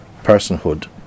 personhood